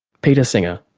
peter singer.